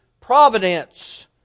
providence